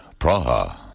Praha